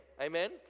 Amen